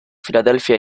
philadelphia